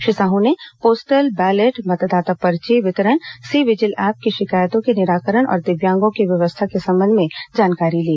श्री साह् ने postal ballot मतदाता पर्ची वितरण सी विजिल ऐप के शिकायतों के निराकरण और दिव्यांगों की व्यवस्था के संबंध में भी जानकारी ली